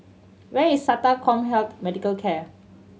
where is SATA CommHealth Medical Care